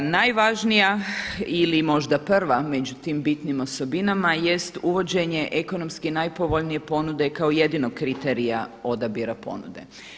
Najvažnija ili možda prva među tim bitnim osobinama jest uvođenje ekonomski najpovoljnije ponude kao jedinog kriterija odabira ponude.